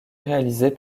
réalisée